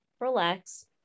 relax